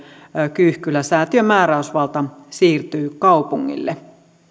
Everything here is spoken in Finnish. kyyhkylä säätiön määräysvalta siirtyy kaupungille